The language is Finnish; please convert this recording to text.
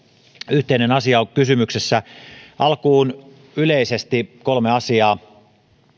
yhteinen asia on kysymyksessä alkuun yleisesti kolme asiaa